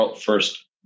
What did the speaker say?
first